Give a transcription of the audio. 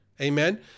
amen